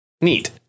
Neat